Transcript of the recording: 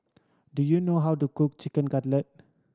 do you know how to cook Chicken Cutlet